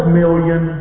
million